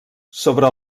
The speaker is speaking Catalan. sobre